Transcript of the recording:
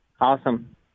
Awesome